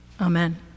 Amen